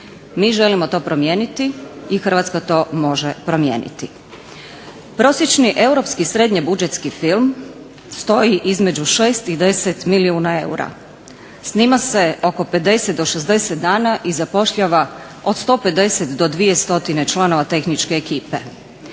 Mi želimo to promijeniti i Hrvatska to može promijeniti. Prosječni europski srednje budžetski film stoji između 6 i 10 milijuna eura, snima se oko 50 do 60 dana i zapošljava od 150 do 200 članova tehničke ekipe.